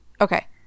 Okay